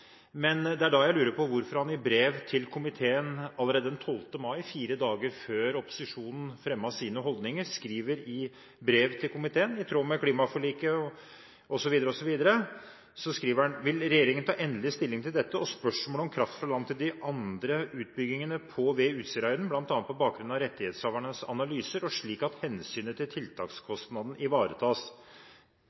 Men det er da jeg lurer på hvorfor han i brev til komiteen allerede den 12. mai, fire dager før opposisjonen fremmet sine holdninger, skriver: «I tråd med klimaforliket vil regjeringen ta endelig stilling til dette, og spørsmålet om kraft fra land til de tre andre utbyggingene på/ved Utsirahøyden, blant annet på bakgrunn av rettighetshavernes analyser og slik at hensynet til tiltakskostnader ivaretas.»